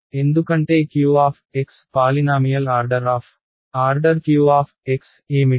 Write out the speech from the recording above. సమాధానం 0 గా ఉండాలి ఎందుకంటే q polynomial order of order q ఏమిటి